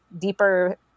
deeper